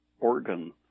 organ